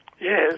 Yes